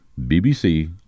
BBC